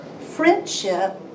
friendship